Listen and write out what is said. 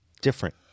different